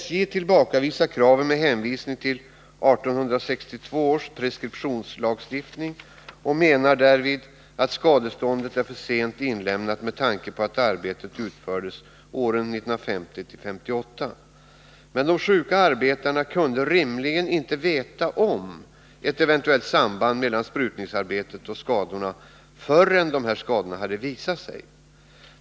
SJ tillbakavisar kraven med hänvisning till 1862 års preskriptionslagstiftning och menar att skadeståndskraven är för sent resta med tanke på att arbetet utfördes under åren 1950-1958. Men de sjuka arbetarna kunde rimligen inte veta om ett eventuellt samband mellan besprutningsarbetet och skadorna förrän dessa skador hade visat sig.